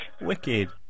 Wicked